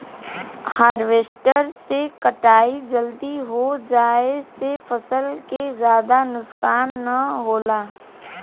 harvester से कटाई जल्दी हो जाये से फसल के जादा नुकसान न होला